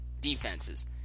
defenses